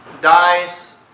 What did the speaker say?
dies